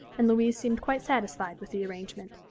and louise seemed quite satisfied with the arrangement.